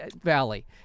Valley